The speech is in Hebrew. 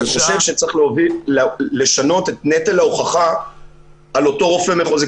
אני חושב שצריך לשנות את נטל ההוכחה על אותו רופא מחוזי.